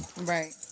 Right